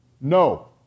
No